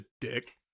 dick